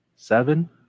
Seven